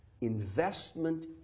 Investment